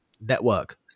network